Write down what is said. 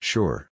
Sure